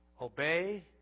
Obey